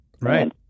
Right